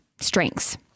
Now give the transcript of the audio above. strengths